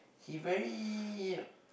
he very